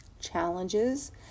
challenges